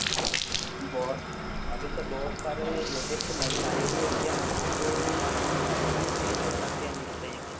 हाँ बहुत अभी तो बहुत सारे लेटेस्ट मॉडल आए भी हैं भैया आपको किस प्रकार की यानी की चाहिए